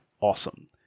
awesome